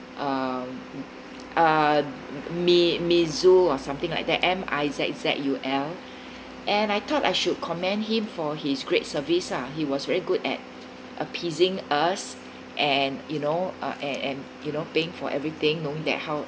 um uh mi~ mizzul or something like that M_I_Z_Z_U_L and I thought I should commend him for his great service lah he was very good at appeasing us and you know uh and and you know paying for everything knowing that how